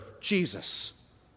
Jesus